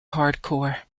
hardcore